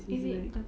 it's like